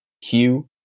Hugh